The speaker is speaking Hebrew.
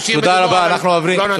תדבר על ההיסטריה של השלטון.